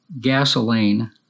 gasoline